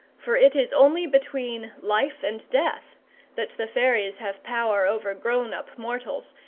for it is only between life and death that the fairies have power over grown-up mortals,